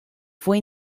fue